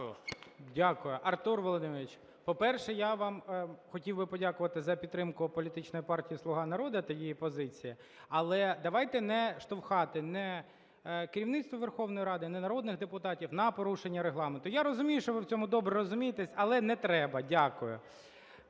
Дякую. Артур Володимирович, по-перше, я вам хотів би подякувати за підтримку політичної партії "Слуга народу" та її позиції, але давайте не штовхати ні керівництво Верховної Ради, ні народних депутатів на порушення Регламенту. Я розумію, що ви в цьому добре розумієтесь, але не треба. Дякую.